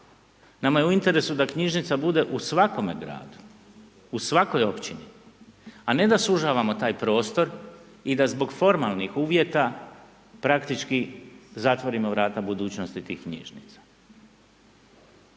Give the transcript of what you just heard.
Nama je u interesu da knjižnica bude u svakome gradu, u svakoj općini a ne da sužavamo tak prostor i da zbog formalnih uvjeta praktički zatvorimo vrata budućnosti tih knjižnica.